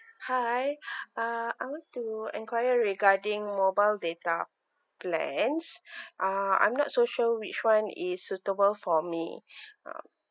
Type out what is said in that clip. hi uh I want to enquiry regarding mobile data plans uh I'm not so sure which one is suitable for me um